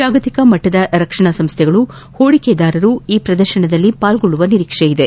ಜಾಗತಿಕ ಮಟ್ಟದ ರಕ್ಷಣಾ ಸಂಸ್ಥೆಗಳು ಹೂಡಿಕೆದಾರರು ಈ ಪ್ರದರ್ಶನದಲ್ಲಿ ಪಾಲ್ಗೊಳ್ಳುವ ನಿರೀಕ್ಷೆಯಿದೆ